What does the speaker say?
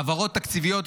העברות תקציביות,